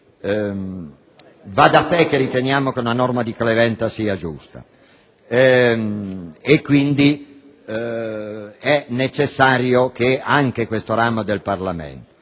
Va da sé che riteniamo che una norma di clemenza sia giusta e che quindi sia necessario che anche questo ramo del Parlamento